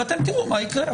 ואתם תראו מה יקרה.